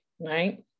right